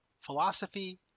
philosophy